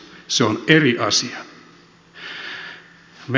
se on eri asia